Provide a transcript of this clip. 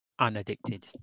unaddicted